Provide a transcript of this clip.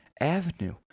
avenue